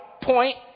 point